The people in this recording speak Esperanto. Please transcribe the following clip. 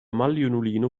maljunulino